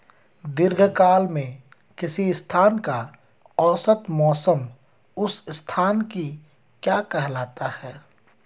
दीर्घकाल में किसी स्थान का औसत मौसम उस स्थान की क्या कहलाता है?